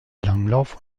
langlauf